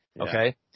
Okay